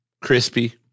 crispy